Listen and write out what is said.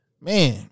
man